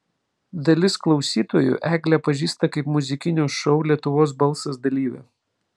dalis klausytojų eglę pažįsta kaip muzikinio šou lietuvos balsas dalyvę